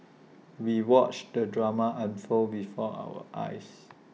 we watched the drama unfold before our eyes